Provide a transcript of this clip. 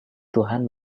tuhan